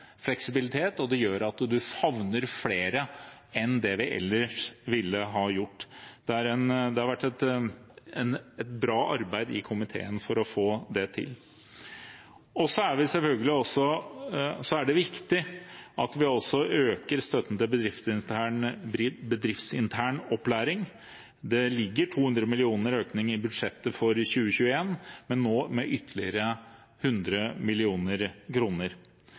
fleksibilitet, og det gjør at vi favner flere enn det vi ellers ville ha gjort. Det har vært et bra arbeid i komiteen for å få det til. Så er det viktig at vi også øker støtten til bedriftsintern opplæring. Det ligger en økning på 200 mill. kr i budsjettet for 2021, men nå med ytterligere 100